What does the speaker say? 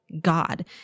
God